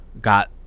got